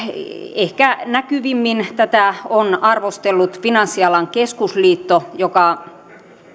ehkä näkyvimmin tätä on arvostellut finanssialan keskusliitto joka